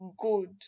good